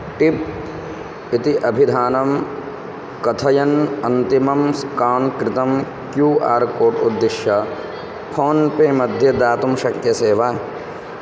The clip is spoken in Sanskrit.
टिप् इति अभिधानं कथयन् अन्तिमं स्कान् कृतं क्यू आर् कोड् उद्दिश्य फोन् पे मध्ये दातुं शक्यसे वा